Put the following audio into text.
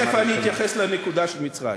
תכף אני אתייחס לנקודה של מצרים.